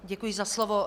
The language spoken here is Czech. Děkuji za slovo.